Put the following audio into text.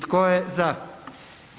Tko je za?